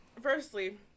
firstly